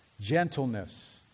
gentleness